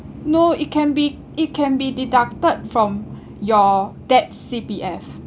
no it can be it can be deducted from your that C_P_F